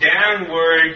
downward